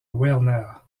werner